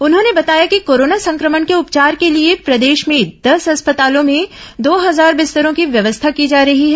उन्होंने बताया कि कोरोना संक्रमण के उपचार के लिए प्रदेश में दस अस्पतालों में दो हजार बिस्तरों की व्यवस्था की जा रही है